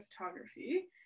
photography